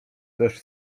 też